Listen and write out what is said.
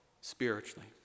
spiritually